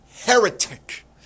heretic